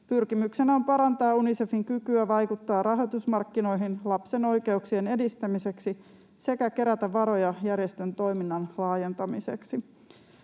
Pyrkimyksenä on parantaa Unicefin kykyä vaikuttaa rahoitusmarkkinoihin lapsen oikeuksien edistämiseksi sekä kerätä varoja järjestön toiminnan laajentamiseksi.